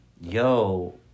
yo